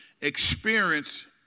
experience